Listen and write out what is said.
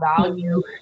value